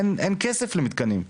אין כסף למתקנים.